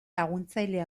laguntzaile